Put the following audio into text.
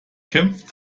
kämpft